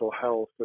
health